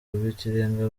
rw’ikirenga